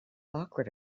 awkward